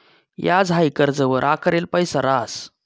याज हाई कर्जवर आकारेल पैसा रहास